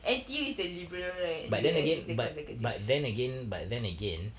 N_T_U is the liberal [one] N_U_S is the consecutive